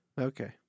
Okay